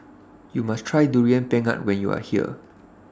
YOU must Try Durian Pengat when YOU Are here